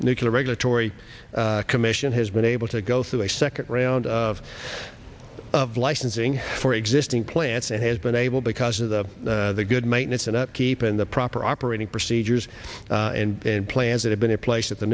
nuclear regulatory commission has been able to go through a second round of of licensing for existing plants and has been able because of the the good maintenance and upkeep in the proper operating procedures plans that have been in place at the